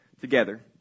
together